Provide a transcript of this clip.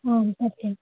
आम् सत्यं